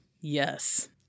yes